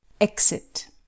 exit